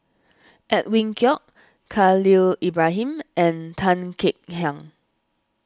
Edwin Koek Khalil Ibrahim and Tan Kek Hiang